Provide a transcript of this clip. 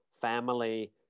family